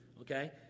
Okay